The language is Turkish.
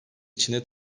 içinde